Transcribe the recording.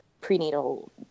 prenatal